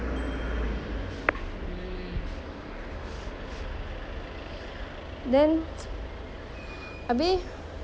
then abeh kau tak jumpa kawan kau like your other classmates yang tak rapat with terserempak ke